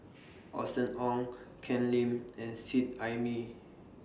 Austen Ong Ken Lim and Seet Ai Mee